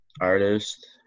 artist